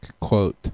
Quote